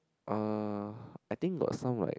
uh I think got some like